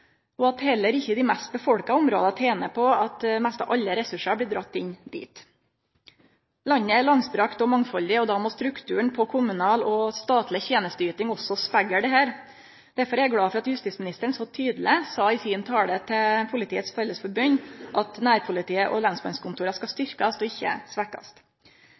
og at heller ikkje dei mest folkerike områda tener på at mesta alle ressursar blir dratt inn dit. Landet er langstrekt og mangfaldig, og då må strukturen på kommunal og statleg tenesteyting òg spegle dette. Derfor er eg glad for at justisministeren så tydeleg sa i sin tale til Politiets Fellesforbund at nærpolitiet og lensmannskontora skal styrkjast, ikkje